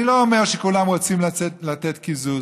אני לא אומר שכולם רוצים לתת קיזוז,